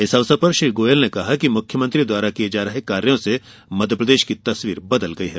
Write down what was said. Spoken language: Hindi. इस अवसर पर श्री गोयल ने कहा कि मुख्यमंत्री द्वारा किये जा रहे कार्यो से मध्यप्रदेश की तस्वीर बदल गई है